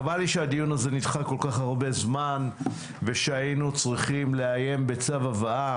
חבל שהדיון הזה נדחה כל כך הרבה זמן ושהיינו צריכים לאיים בצו הבאה.